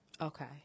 Okay